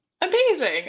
Amazing